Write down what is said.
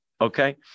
Okay